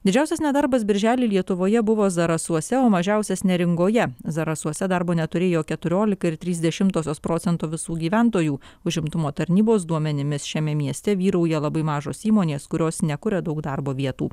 didžiausias nedarbas birželį lietuvoje buvo zarasuose o mažiausias neringoje zarasuose darbo neturėjo keturiolika ir trys dešimtosios procento visų gyventojų užimtumo tarnybos duomenimis šiame mieste vyrauja labai mažos įmonės kurios nekuria daug darbo vietų